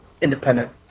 independent